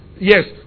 yes